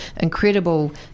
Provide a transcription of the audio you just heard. incredible